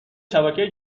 شبکه